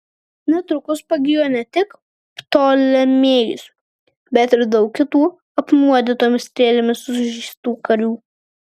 netrukus pagijo ne tik ptolemėjus bet ir daug kitų apnuodytomis strėlėmis sužeistų karių